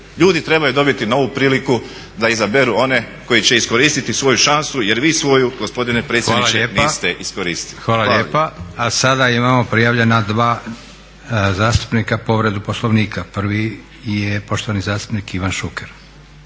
ljudi trebaju dobiti novu priliku da izaberu one koji će iskoristiti svoju šansu jer vi svoju gospodine predsjedniče niste iskoristili. Hvala lijepa. **Leko, Josip (SDP)** Hvala lijepa. A sada imamo prijavljena dva zastupnika povredu Poslovnika. Prvi je poštovani zastupnik Ivan Šuker.